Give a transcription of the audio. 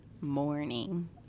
morning